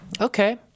Okay